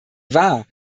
wahr